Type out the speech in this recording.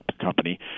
company